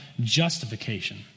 justification